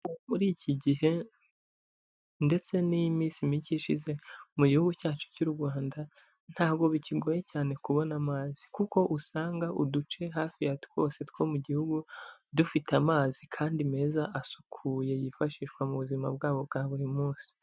Muri iki gihe ndetse n'iminsi mike ishize mu gihugu cyacu cy'u Rwanda ntabwo bikigoye cyane kubona amazi kuko usanga uduce hafi ya twose two mu gihugu dufite amazi kandi meza asukuye yifashishwa mu buzima bwabo bwa buri munsi.